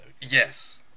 Yes